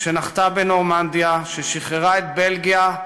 שנחתה בנורמנדיה ושחררה את בלגיה,